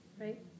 right